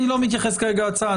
אני לא מתייחס כרגע להצעה.